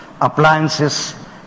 appliances